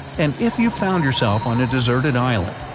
and if you found yourself on a deserted island,